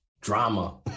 drama